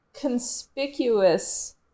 conspicuous